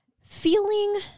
feeling